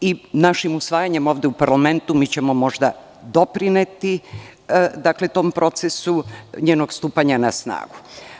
i našim usvajanjem ovde u parlamentu mi ćemo možda doprineti tom procesu njenog stupanja na snagu.